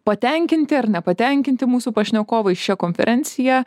patenkinti ar nepatenkinti mūsų pašnekovai šia konferencija